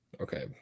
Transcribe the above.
Okay